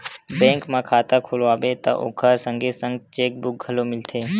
bank म खाता खोलवाबे त ओखर संगे संग चेकबूक घलो मिलथे